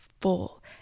full